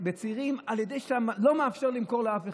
לצעירים על ידי זה שאתה לא מאפשר לאף אחד,